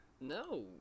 No